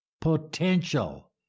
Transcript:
potential